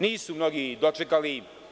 Nisu mnogi dočekali.